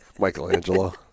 Michelangelo